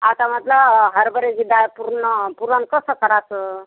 आता म्हटलं हरबऱ्याची डाळ पूर्ण पुरण कसं करायचं